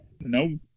No